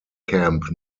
camp